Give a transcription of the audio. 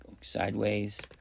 sideways